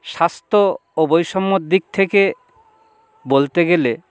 স্বাস্থ্য ও বৈষম্যর দিক থেকে বলতে গেলে